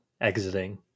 exiting